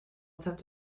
attempt